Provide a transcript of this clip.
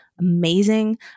Amazing